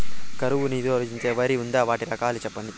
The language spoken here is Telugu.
కరువు నిరోధించే వరి ఉందా? వాటి రకాలు చెప్పండి?